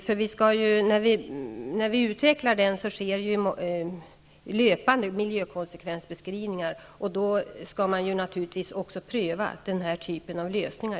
När vi utvecklar trafikstrukturen sker löpande miljökonsekvensbeskrivningar, och då skall man naturligtvis i samband med detta även pröva den här typen av lösningar.